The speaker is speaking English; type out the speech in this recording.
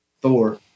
Thor